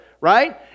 Right